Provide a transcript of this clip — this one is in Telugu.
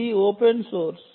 ఇది ఓపెన్ సోర్స్